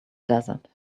desert